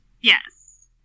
Yes